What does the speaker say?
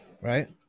right